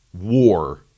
war